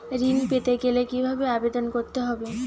ঋণ পেতে গেলে কিভাবে আবেদন করতে হবে?